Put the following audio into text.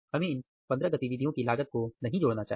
हमें इन 15 गतिविधियों की लागत को नहीं जोड़ना चाहिए